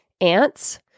ants